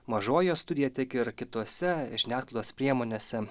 mažoji studija tiek ir kitose žiniasklaidos priemonėse